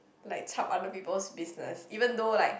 like chap other people's business even though like